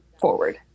forward